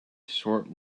short